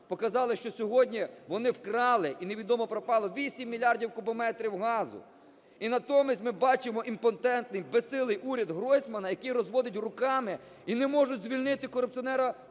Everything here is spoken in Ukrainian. Показали, що сьогодні вони вкрали і невідомо пропало 8 мільярдів кубометрів газу. І натомість ми бачимо імпотентний, безсилий уряд Гройсмана, який розводить руками, і не можуть звільнити корупціонера